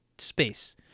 space